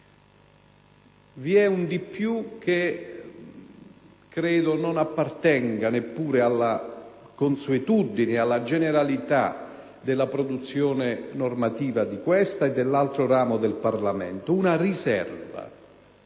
questo di più credo non appartenga neppure alla consuetudine e alla generalità della produzione normativa di questo e dell'altro ramo del Parlamento. Si tratta